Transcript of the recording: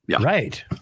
Right